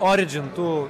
oridžin tų